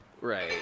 right